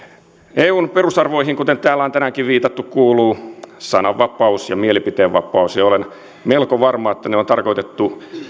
eun perusarvoihin kuten täällä on tänäänkin viitattu kuuluu sananvapaus ja mielipiteen vapaus ja olen melko varma että ne on tarkoitettu